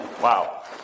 Wow